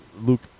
Luke